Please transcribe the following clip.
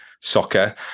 soccer